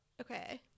Okay